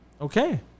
Okay